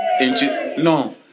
No